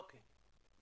אוקיי,